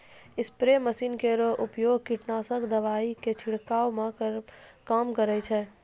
spray machine केरो प्रयोग कीटनाशक दवाई क छिड़कावै म काम करै छै